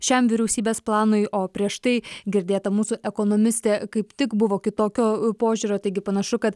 šiam vyriausybės planui o prieš tai girdėta mūsų ekonomistė kaip tik buvo kitokio požiūrio taigi panašu kad